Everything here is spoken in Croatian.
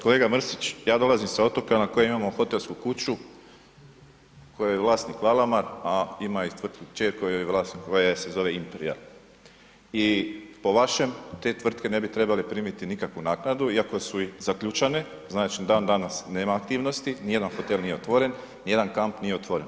Kolega Mrsić, ja dolazim sa otoka na kojem imamo hotelsku kuću koja je vlasnik Valamar, a ima i tvrtku kćer koja je vlasnik, koja se zove Imperial i po vašem, te tvrtke ne bi trebale primiti nikakvu naknadu iako su i zaključane, znači dan danas nema aktivnosti, nijedan hotel nije otvoren, nijedan kamp nije otvoren.